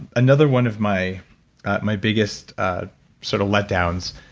another one of my my biggest ah sort of letdowns,